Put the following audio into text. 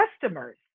customers